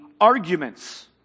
arguments